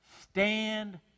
stand